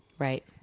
Right